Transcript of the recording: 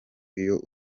icyo